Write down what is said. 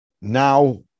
now